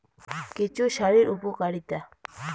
কেঁচো সারের উপকারিতা?